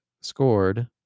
scored